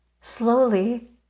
Slowly